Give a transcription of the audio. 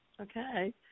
okay